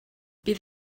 bydd